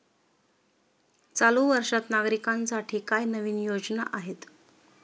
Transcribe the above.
चालू वर्षात नागरिकांसाठी काय नवीन योजना आहेत?